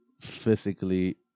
physically